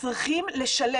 צריכים לשלם.